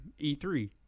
E3